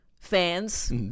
fans